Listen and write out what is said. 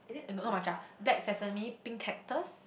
and [oh]-my-god black sesame pink cactus